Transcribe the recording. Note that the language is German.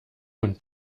und